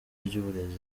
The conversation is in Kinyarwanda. ry’uburezi